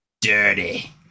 Dirty